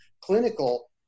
clinical